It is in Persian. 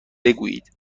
بگویید